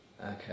Okay